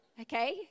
Okay